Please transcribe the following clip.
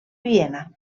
viena